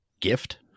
gift